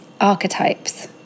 archetypes